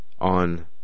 on